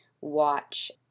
watch